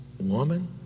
woman